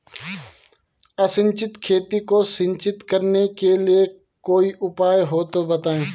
असिंचित खेती को सिंचित करने के लिए कोई उपाय हो तो बताएं?